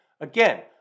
Again